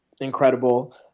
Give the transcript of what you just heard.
incredible